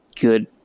good